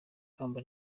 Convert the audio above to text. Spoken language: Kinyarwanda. ikamba